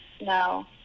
No